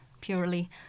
purely